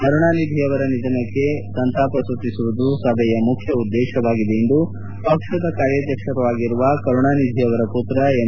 ಕರುಣಾನಿಧಿ ಆವರ ನಿಧನಕ್ಕೆ ಸಂತಾಪ ಸೂಚಿಸುವುದು ಸಭೆಯ ಮುಖ್ಯ ಉದ್ದೇಶವಾಗಿದೆ ಎಂದು ಪಕ್ಷದ ಕಾರ್ಯಾಧ್ಯಕ್ಷರೂ ಅಗಿರುವ ಕರುಣಾನಿಧಿ ಮತ್ರ ಎಂ